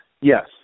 Yes